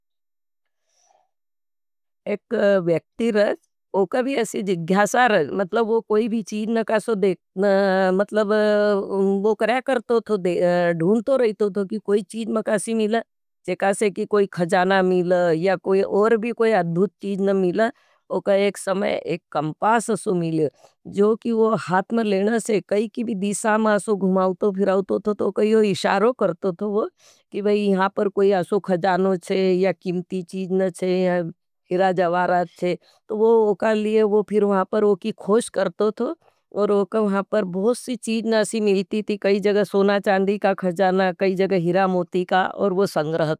एक व्याक्ति रज वो कोई अशी जिग्ग्यासा रज मतलब वो कोई भी चीज न कासो देख मतलब वो करे करतो थो। दूनतो रहतो थो कि कोई चीज में कासी मिल जेकासे की कोई खजाना मिल या कोई और भी कोई अद्भूत चीज न मिल। वो कोई एक समय, एक कमपास अशो मिल जो कि वो हाथ में लेना से। काई की भी दीशा में अशो घुमावतो फिरावतो थो। कोई यो इशारो करतो थो कि वह यहाँ पर कोई अशो घजानों चे या किमती चीज न चे। हिरा जवाराद चे, तो वो उकालिये वो फिर वहाँ पर उकी खोश करतो थो। और वहाँ पर बहुत सी चीज़ नासी मिलती थी कई जग सोना-चांदी का खजाना, कई जग हिरा-मोती का और वो संग्रह थी।